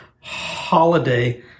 holiday